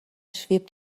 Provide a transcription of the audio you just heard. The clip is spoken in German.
schwebt